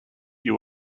you